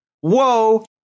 whoa